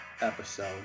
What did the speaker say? episode